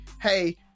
hey